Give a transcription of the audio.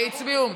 קרן,